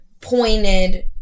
pointed